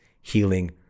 healing